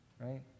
Right